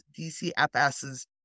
dcfs's